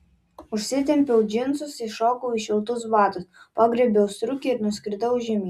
užsitempiau džinsus įšokau į šiltus batus pagriebiau striukę ir nuskridau žemyn